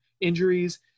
injuries